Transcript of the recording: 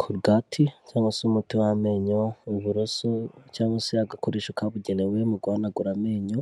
Korogati cyangwa se umuti w'amenyo uburoso cyangwa se agakoresho kabugenewe mu guhanagura amenyo,